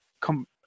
come